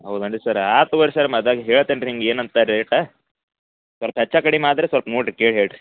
ಹೌದೇನ್ರಿ ಸರ್ರ ಆಯ್ತ್ ತೊಗೊಳಿ ಸರ್ ಮತ್ ಆಗ ಹೇಳ್ತೇನೆ ರೀ ನಿಮ್ಗೆ ಏನಂತ ರೇಟ ಸ್ವಲ್ಪ ಹೆಚ್ಚು ಕಡಿಮೆ ಆದ್ರೆ ಸ್ವಲ್ಪ ನೋಡಿರಿ ಕೇಳಿ ಹೇಳಿರಿ